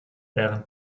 während